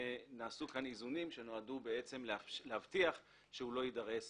נעשו כאן איזונים שנועדו להבטיח שהוא לא יידרס